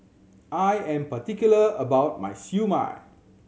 I am particular about my Siew Mai